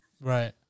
Right